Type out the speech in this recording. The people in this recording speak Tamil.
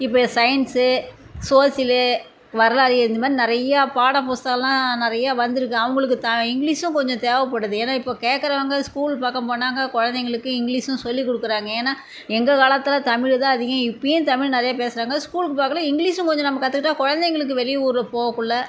இப்போ சயின்ஸு சோசியலு வரலாறு இந்த மாதிரி நிறையா பாட புஸ்தங்களெலாம் நிறையா வந்திருக்கு அவர்களுக்கு தா இங்கிலீஷும் கொஞ்சம் தேவைப்படுது ஏன்னால் இப்போ கேட்குறவங்க ஸ்கூல் பக்கம் போனாங்க குழந்தைங்களுக்கு இங்கிலீஷும் சொல்லி கொடுக்குறாங்க ஏன்னால் எங்கள் காலத்தில் தமிழு தான் அதிகம் இப்போயும் தமிழ் நிறையா பேசுகிறாங்க ஸ்கூலுக்கு பாக்ர்கையில இங்கிலீஷும் கொஞ்சம் நம்ம கற்றுக்கிட்டா குழந்தைங்களுக்கு வெளியூர் போகக்குள்ளே